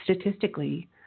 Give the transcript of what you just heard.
Statistically